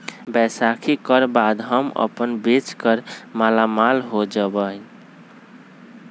बैसाखी कर बाद हम अपन बेच कर मालामाल हो जयबई